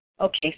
okay